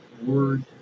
word